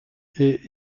est